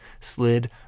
slid